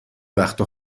وقتها